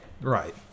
right